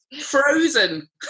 Frozen